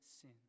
sin